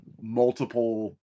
multiple